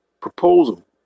Proposal